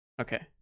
Okay